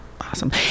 Awesome